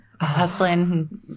hustling